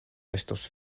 estus